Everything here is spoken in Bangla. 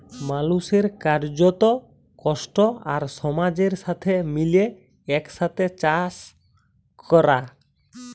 মালুসের কার্যত, কষ্ট আর সমাজের সাথে মিলে একসাথে চাস ক্যরা